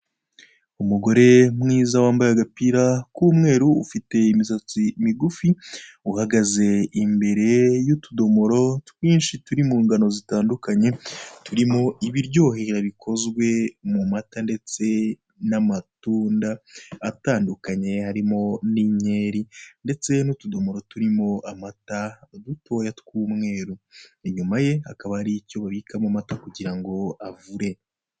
Umugore mwiza wambaye agapira k'umweru, ufite imisatsi migufi, uhagaze imbere y'utudomoro twinshi turi mu ngano zitandukanye, turimo ibiryohera bikoze mu mata ndetse n'amatunda atandukanye harimo n'inkeri ndetse n'utudomoro turimo amata dutoya tw'umweru. Inyuma ye hakaba hari icyo babikamo amata kugira ngo avure.